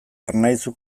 ernaizu